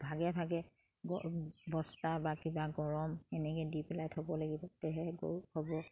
ভাগে ভাগে বস্তা বা কিবা গৰম এনেকে দি পেলাই থ'ব লাগিব তেহে হ'ব